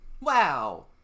Wow